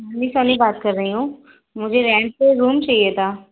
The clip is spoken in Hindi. मैं बात कर रही हूँ मुझे रेंट पे रूम चाहिए था